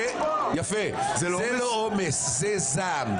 זה זעם.